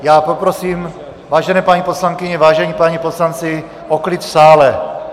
Já poprosím, vážené paní poslankyně, vážení páni poslanci, o klid v sále!